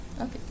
Okay